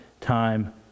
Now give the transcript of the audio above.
time